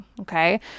Okay